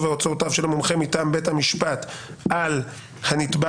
והוצאותיו של המומחה מטעם בית המשפט על הנתבע